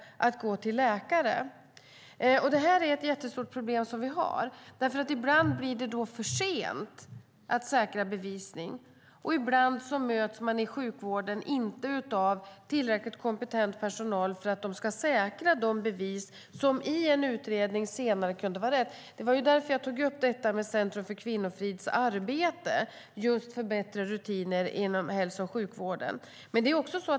Detta är ett jättestort problem, för ibland blir det då för sent att säkra bevisning, och ibland möts man i sjukvården inte av personal som är tillräckligt kompetent för att säkra de bevis som kan behövas i en utredning senare. Det var därför jag tog upp det arbete som bedrivs av Nationellt centrum för kvinnofrid för att just få bättre rutiner inom hälso och sjukvården.